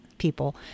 people